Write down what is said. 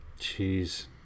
Jeez